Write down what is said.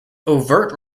overt